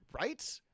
right